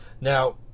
Now